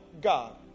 God